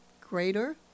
greater